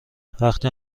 وقتی